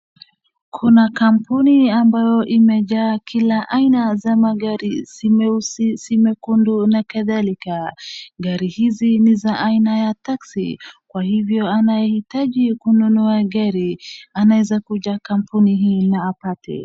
kuna kampuni ambayo imejaa kila aina za magari si meusi si mekundu na kadhalika gari hizi ni za aina ya taxi kwa hivyo anayehitaji kununua gari anaweza kuja kampuni hii na apate